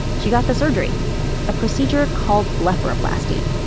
she got the surgery a procedure called blepharoplasty